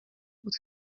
بود